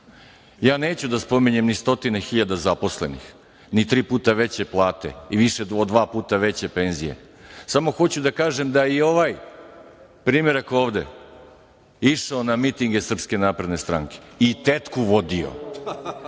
Ja neću da spominjem ni stotine hiljada zaposlenih, ni tri puta veće plate i više od dva puta veće penzije. Samo hoću da kažem da i ovaj primerak ovde je išao na mitinge SNS i tetku vodio,